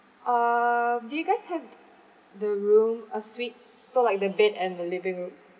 uh do you guys have the room a suite so like the bed and the living room